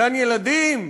גן-ילדים,